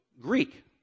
Greek